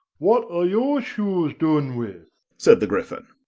what are your shoes done with said the gryphon.